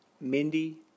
Mindy